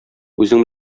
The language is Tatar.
үзең